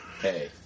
hey